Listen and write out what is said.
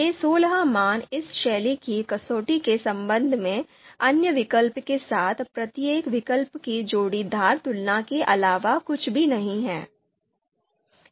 ये सोलह मान इस शैली की कसौटी के संबंध में अन्य विकल्प के साथ प्रत्येक विकल्प की जोड़ीदार तुलना के अलावा कुछ भी नहीं हैं